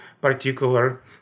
particular